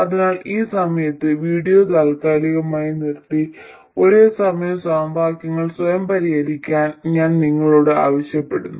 അതിനാൽ ഈ സമയത്ത് വീഡിയോ താൽക്കാലികമായി നിർത്തി ഈ ഒരേസമയം സമവാക്യങ്ങൾ സ്വയം പരിഹരിക്കാൻ ഞാൻ നിങ്ങളോട് ആവശ്യപ്പെടുന്നു